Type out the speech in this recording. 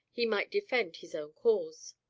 he might defend his own cause.